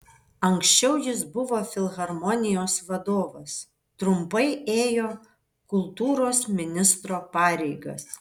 anksčiau jis buvo filharmonijos vadovas trumpai ėjo kultūros ministro pareigas